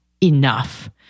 enough